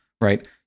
right